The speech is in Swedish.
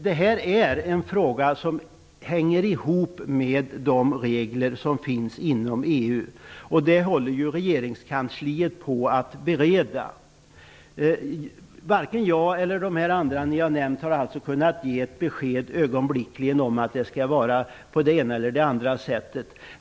Detta är en fråga som hänger samman med de regler som finns inom EU, och detta är något som regeringskansliet håller på att bereda. Varken jag eller de andra socialdemokrater som ni har nämnt har kunnat ge ett ögonblickligt besked om att det skall vara på det ena eller andra sättet.